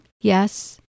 Yes